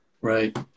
Right